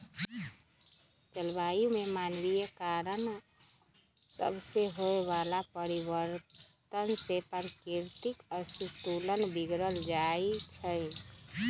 जलवायु में मानवीय कारण सभसे होए वला परिवर्तन से प्राकृतिक असंतुलन बिगर जाइ छइ